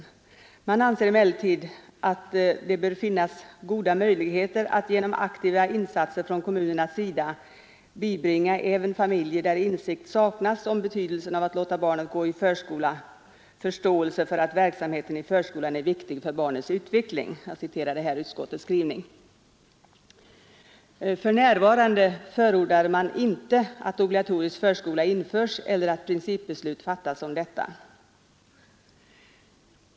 Utskottet anser emellertid att det ”bör finnas goda möjligheter att genom aktiva insatser från kommunens sida bibringa även familjer, där insikt saknas om betydelsen av att låta barnet gå i förskola, förståelse för att verksamheten i förskolan är viktig för barnets utveckling”. För närvarande förordar därför inte utskottet att obligatorisk förskola införs eller att principbeslut fattas om detta.